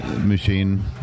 machine